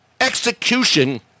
Execution